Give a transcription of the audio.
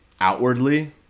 outwardly